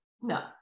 No